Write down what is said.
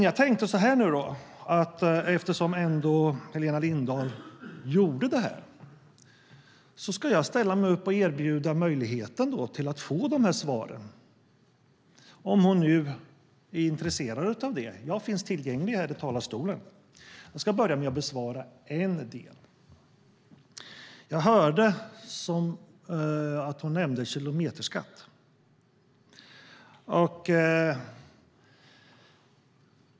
Jag tänkte dock att jag, eftersom Helena Lindahl ändå gjorde så, ska ställa mig upp och erbjuda möjligheten för henne att få svaren - om hon nu är intresserad av dem. Jag finns tillgänglig här i talarstolen. Jag ska börja med att besvara en del. Jag hörde att hon nämnde kilometerskatt.